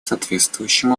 соответствующим